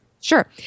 Sure